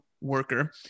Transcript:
worker